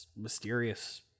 mysterious